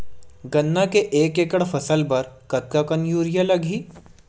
गन्ना के एक एकड़ फसल बर कतका कन यूरिया लगही?